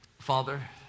Father